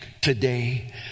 today